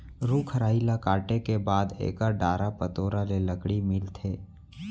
रूख राई ल काटे के बाद एकर डारा पतोरा ले लकड़ी मिलथे